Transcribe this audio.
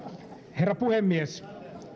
herra puhemies